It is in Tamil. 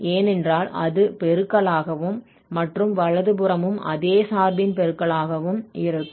ஏனென்றால் அது பெருக்கலாகவும் மற்றும் வலது புறமும் அதே சார்பின் பெருக்கலாகவும் இருக்கும்